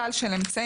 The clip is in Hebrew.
סל של אמצעים.